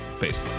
Peace